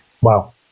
Wow